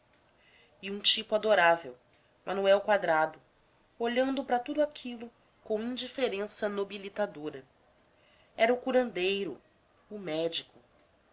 e um tipo adorável manuel quadrado olhando para tudo aquilo com indiferença nobilitadora era o curandeiro o médico